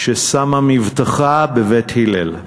ששמה מבטחה בבית הלל.